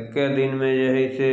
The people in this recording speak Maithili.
एके दिनमे जे हइ से